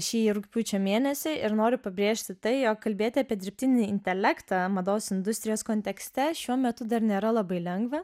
šį rugpjūčio mėnesį ir noriu pabrėžti tai jog kalbėti apie dirbtinį intelektą mados industrijos kontekste šiuo metu dar nėra labai lengva